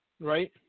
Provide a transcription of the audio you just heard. Right